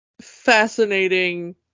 fascinating